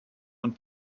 und